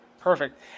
perfect